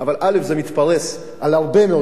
זה מתפרס על הרבה מאוד שנים,